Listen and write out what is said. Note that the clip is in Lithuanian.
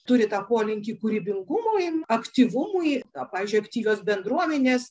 turi tą polinkį kūrybingumui aktyvumui a pavyzdžiui aktyvios bendruomenės